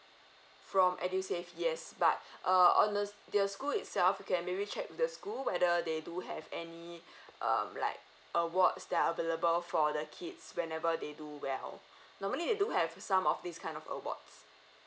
from edusave yes but err on the their school itself you can maybe check the school whether they do have any um like awards that are available for the kids whenever they do well normally they do have some of these kind of awards